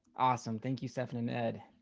awesome. thank you, stefan and ed.